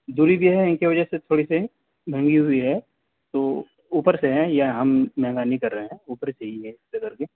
دوری بھی ہے ان کی وجہ سے تھوڑی سی مہنگی ہوئی ہے تو اوپر سے ہے یہ ہم مہنگا نہیں کر رہے ہیں اوپر سے ہی ہے اس طرح سے